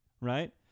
right